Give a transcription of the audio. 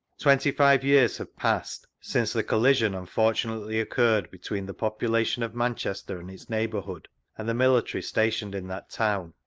twenty-five years have passed since the colliskin unfortunately occurred between the population of manchester and its neighbourhood and the military stationed in that town,